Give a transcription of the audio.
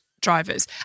drivers